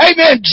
Amen